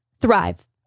thrive